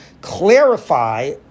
clarify